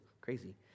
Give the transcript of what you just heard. Crazy